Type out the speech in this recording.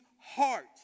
heart